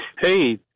Hey